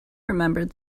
remembered